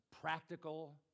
practical